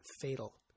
fatal